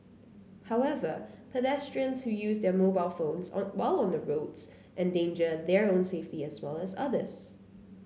however pedestrians who use their mobile phones on while on the roads endanger their own safety as well as others